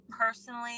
personally